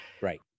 right